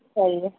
چاہیے